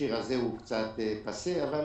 השיר הזה הוא קצת פאסה, אבל